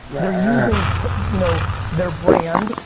they're using but you know their brand,